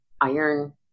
iron